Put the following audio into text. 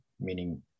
meaning